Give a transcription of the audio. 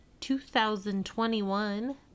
2021